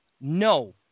no